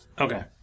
Okay